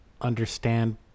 understand